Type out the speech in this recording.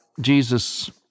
Jesus